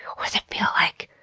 what's it feel like?